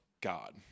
God